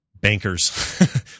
bankers